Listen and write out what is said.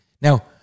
Now